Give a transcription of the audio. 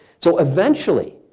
so eventually,